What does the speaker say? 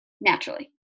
naturally